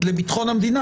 לביטחון המדינה.